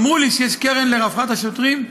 אמרו לי שיש קרן לרווחת השוטרים.